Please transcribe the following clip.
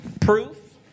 Proof